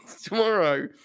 tomorrow